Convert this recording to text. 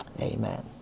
Amen